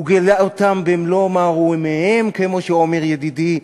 הוא גילה אותם במלוא מערומיהם, כמו שאומר ידידי.